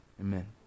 Amen